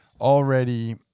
already—